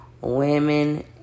women